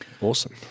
awesome